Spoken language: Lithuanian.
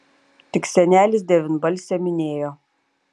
tik senelis devynbalsę minėjo